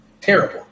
terrible